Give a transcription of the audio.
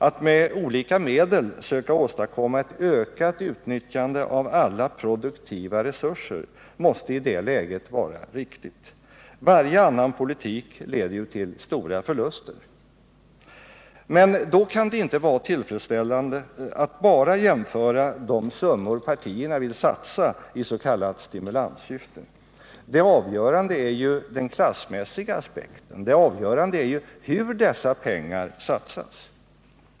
Att med olika medel söka åstadkomma ett ökat utnyttjande av alla produktiva resurser måste i det läget vara riktigt. Varje annan politik leder ju till stora förluster. Men det kan inte vara tillfredsställande att bara jämföra de summor som partierna vill satsa i stimulanssyfte. Det avgörande är den klassmässiga aspekten, det avgörande är hur dessa pengar satsas.